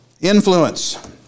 Influence